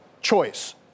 choice